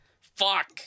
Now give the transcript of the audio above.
Fuck